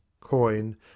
coin